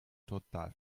total